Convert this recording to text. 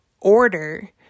order